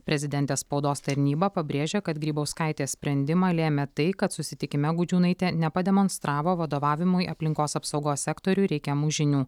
prezidentės spaudos tarnyba pabrėžia kad grybauskaitės sprendimą lėmė tai kad susitikime gudžiūnaitė nepademonstravo vadovavimui aplinkos apsaugos sektoriui reikiamų žinių